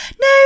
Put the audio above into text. no